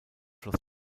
floss